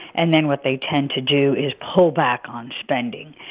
and then what they tend to do is pull back on spending.